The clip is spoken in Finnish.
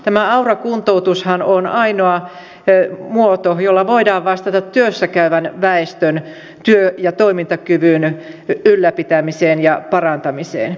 tämä aura kuntoutushan on ainoa muoto jolla voidaan vastata työssä käyvän väestön työ ja toimintakyvyn ylläpitämiseen ja parantamiseen